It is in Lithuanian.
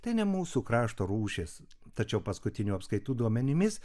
tai ne mūsų krašto rūšis tačiau paskutinių apskaitų duomenimis